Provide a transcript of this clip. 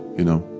you know,